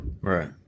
Right